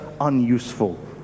unuseful